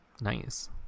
Nice